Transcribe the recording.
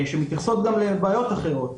שמתייחסות גם לבעיות אחרות.